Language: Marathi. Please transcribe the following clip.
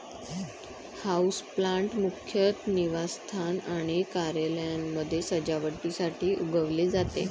हाऊसप्लांट मुख्यतः निवासस्थान आणि कार्यालयांमध्ये सजावटीसाठी उगवले जाते